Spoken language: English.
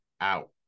out